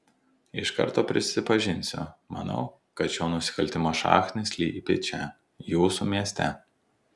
iš karto prisipažinsiu manau kad šio nusikaltimo šaknys slypi čia jūsų mieste